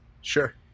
Sure